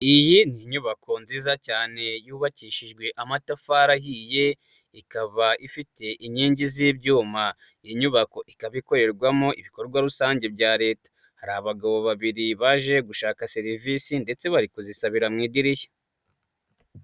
Iyi ni nyubako nziza cyane, yubakishijwe amatafari ahiye, ikaba ifite inkingi z'ibyuma. Iyi nyubako ikaba ikorerwamo ibikorwa rusange bya Leta. Hari abagabo babiri baje gushaka serivisi, ndetse bari kuzisabira mu idirishya.